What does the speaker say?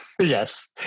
Yes